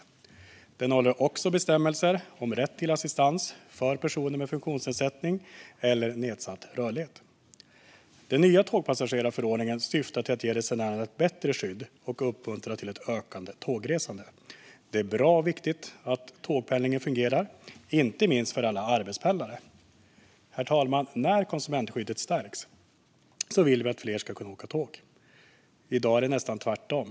Den innehåller vidare bestämmelser om rätt till assistans för personer med funktionsnedsättning eller nedsatt rörlighet. EU:s nya tågpassagerar-förordning Den nya tågpassagerarförordningen syftar till att ge resenärerna ett bättre skydd och uppmuntra till ett ökat tågresande. Det är bra och viktigt att tågpendlingen fungerar, inte minst för alla arbetspendlare. Herr talman! Genom att stärka konsumentskyddet vill vi att fler ska kunna åka tåg. I dag är det nästan tvärtom.